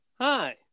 Hi